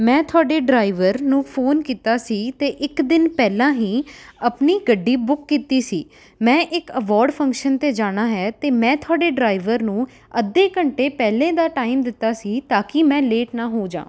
ਮੈਂ ਤੁਹਾਡੇ ਡਰਾਈਵਰ ਨੂੰ ਫ਼ੋਨ ਕੀਤਾ ਸੀ ਅਤੇ ਇੱਕ ਦਿਨ ਪਹਿਲਾਂ ਹੀ ਆਪਣੀ ਗੱਡੀ ਬੁੱਕ ਕੀਤੀ ਸੀ ਮੈਂ ਇੱਕ ਅਵਾਰਡ ਫੰਕਸ਼ਨ 'ਤੇ ਜਾਣਾ ਹੈ ਅਤੇ ਮੈਂ ਤੁਹਾਡੇ ਡਰਾਈਵਰ ਨੂੰ ਅੱਧੇ ਘੰਟੇ ਪਹਿਲੇ ਦਾ ਟਾਈਮ ਦਿੱਤਾ ਸੀ ਤਾਂ ਕਿ ਮੈਂ ਲੇਟ ਨਾ ਹੋ ਜਾਂ